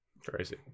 Crazy